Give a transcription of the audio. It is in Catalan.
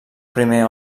primer